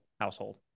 household